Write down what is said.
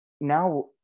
now